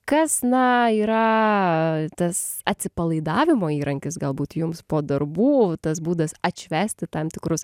kas na yra tas atsipalaidavimo įrankis galbūt jums po darbų tas būdas atšvęsti tam tikrus